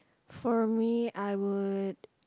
for me I would